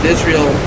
Israel